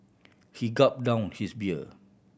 he gulped down his beer